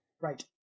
Right